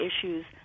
issues